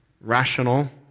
rational